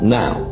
now